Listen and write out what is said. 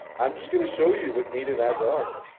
i'm just gonna show you what native ads are.